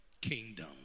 kingdom